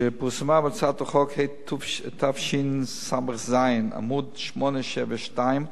שפורסמה בהצעת החוק התשס"ז, עמוד 872,